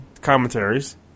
commentaries